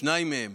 שניים מהם